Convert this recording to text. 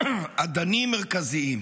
אדנים מרכזיים.